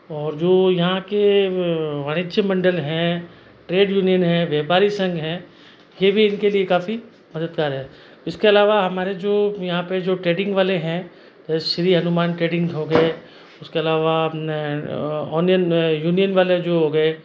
और जो यहाँ के वाणिज्य मंडल हैं ट्रेड यूनियन है व्यापारी संघ है ये भी इनके लिए काफ़ी मददगार है इसके अलावा हमारे जो यहाँ पर जो ट्रेडिंग वाले हैं जैसे श्री हनुमान ट्रेडिंग हो गए उसके अलावा अपने ओनियन यूनियन वाले जो हो गए